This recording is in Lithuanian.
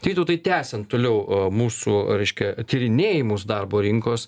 tai vytautai tęsiant toliau mūsų reiškia tyrinėjimus darbo rinkos